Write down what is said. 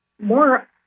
more